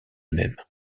même